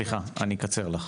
סליחה, אני אקצר לך.